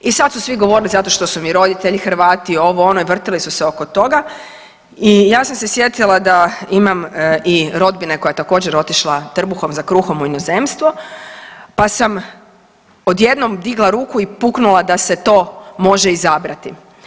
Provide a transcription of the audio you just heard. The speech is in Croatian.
I sad su svi govorili zato što su mi roditelji Hrvati, ovo, ono i vrtili su se oko toga i ja sam se sjetila da imam i rodbine koja je također otišla trbuhom za kruhom u inozemstvo pa sam odjednom digla ruku i puknula da se to može izabrati.